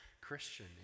Christian